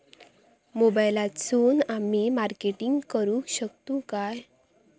मोबाईलातसून आमी मार्केटिंग करूक शकतू काय?